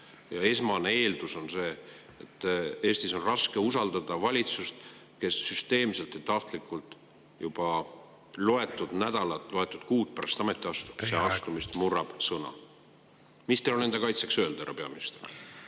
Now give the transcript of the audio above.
Ja esmane eeldus on see, et Eestis on raske usaldada valitsust, kes süsteemselt ja tahtlikult juba loetud nädalad, loetud kuud (Juhataja: Teie aeg!) pärast ametisse astumist murrab sõna. Mis teil on enda kaitseks öelda, härra peaminister?